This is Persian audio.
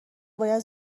باید